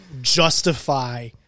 justify